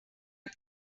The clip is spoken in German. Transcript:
hat